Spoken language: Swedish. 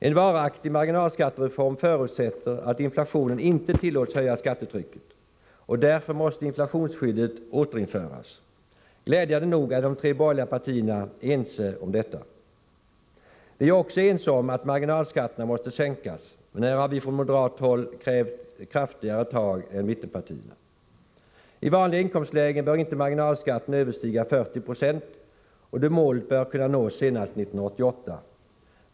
En varaktig marginalskattereform förutsätter att inflationen inte tillåts höja skattetrycket och därför måste inflationsskyddet återinföras. Glädjande nog är de tre borgerliga partierna ense om detta. Vi är också ense om att marginalskatterna måste sänkas, men här har vi från moderat håll krävt kraftigare tag än mittenpartierna. I vanliga inkomstlägen bör inte marginalskatten överstiga 40 96, och det målet bör kunna nås senast 1988.